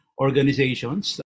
organizations